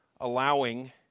allowing